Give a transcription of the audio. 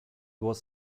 was